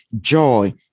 joy